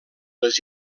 les